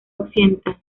occidental